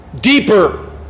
deeper